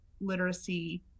literacy